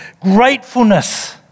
gratefulness